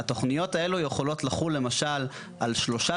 התוכניות האלה יכולות לחול למשל על שלושה